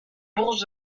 bourses